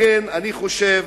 לכן, אני חושב,